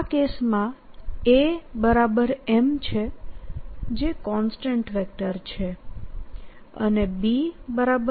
આ કેસમાં Am છેજે કોન્સ્ટન્ટ વેક્ટર છે અનેBrr3 છેજે 1r ના બરાબર છે